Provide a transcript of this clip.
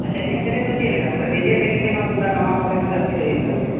ᱟᱪᱪᱷᱟ ᱮᱱᱮᱡ ᱥᱮᱨᱮᱧ ᱫᱚ ᱪᱮᱫ ᱞᱮᱠᱟ ᱰᱤᱡᱮ ᱛᱮᱜᱮ ᱥᱮ ᱱᱚᱣᱟ ᱛᱩᱢᱫᱟᱜ ᱴᱟᱢᱟᱠ ᱠᱚᱛᱮ ᱦᱚᱸ ᱡᱟᱹᱥᱛᱤ ᱫᱚ ᱦᱩᱭᱩᱜ ᱠᱟᱱ ᱜᱮᱭᱟ